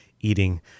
eating